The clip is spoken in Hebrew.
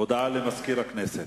הודעה לסגן מזכיר הכנסת,